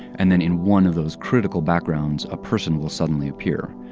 and then in one of those critical backgrounds, a person will suddenly appear.